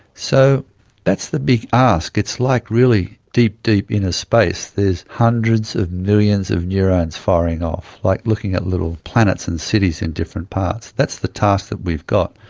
so that's the big ask. it's like really deep, deep inner space, there's hundreds of millions of neurones firing off, like looking at little planets and cities in different parts. that's the task that we've got.